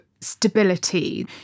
stability